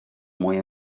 mwy